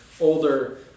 older